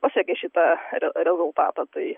pasiekė šitą re rezultatą tai